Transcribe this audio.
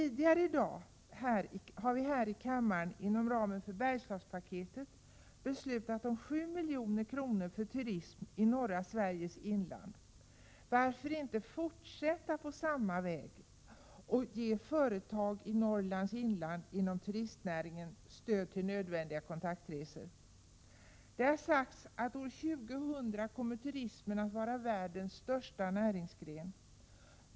Tidigare i dag har vi här i kammaren inom ramen för Bergslagspaketet beslutat avsätta 7 milj.kr. för turism i norra Sveriges inland. Varför inte fortsätta på samma väg och ge företag inom turistnäringen i Norrlands inland stöd till nödvändiga kontaktresor? Det har sagts att turismen kommer att vara världens största näringsgren år 2000.